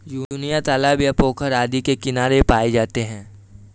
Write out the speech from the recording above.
योनियों तालाब या पोखर आदि के किनारे पाए जाते हैं